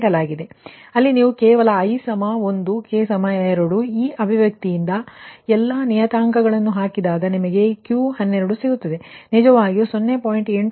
ಆದ್ದರಿಂದ ಅಲ್ಲಿ ನೀವು ಕೇವಲ i 1 k 2 ಮತ್ತು ಈ ಅಭಿವ್ಯಕ್ತಿಯಿಂದ ಮತ್ತು ಈ ಎಲ್ಲಾ ನಿಯತಾಂಕಗಳನ್ನು ಹಾಕಿದರೆ ನಿಮಗೆ Q12 ಸಿಗುತ್ತದೆ ಅದು ನಿಜವಾಗಿ 0